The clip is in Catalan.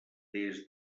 des